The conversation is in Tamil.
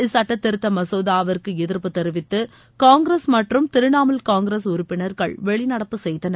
இச்சட்டத் திருத்த மசோதாவிற்கு எதிர்ப்பு தெரிவித்து காங்கிரஸ் மற்றும் திரிணாமுல் காங்கிரஸ் உறுப்பினர்கள் வெளிநடப்பு செய்தனர்